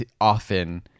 often